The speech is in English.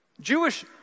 Jewish